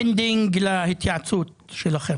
גופי ספורט לגבי הוצאות שיווק ותפעול בסכום